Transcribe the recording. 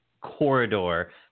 corridor